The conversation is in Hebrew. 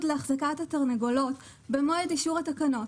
לאחזקת התרנגולות במועד אישור התקנות.